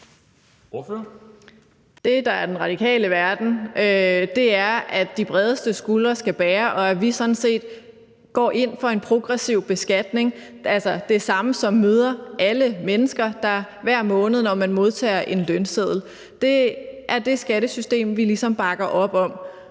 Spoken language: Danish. Det, der er den radikale verden, er, at de bredeste skuldre skal bære, og at vi sådan set går ind for en progressiv beskatning, altså det samme, som møder alle mennesker, der hver måned modtager en lønseddel; det er det skattesystem, vi ligesom bakker op om,